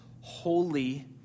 holy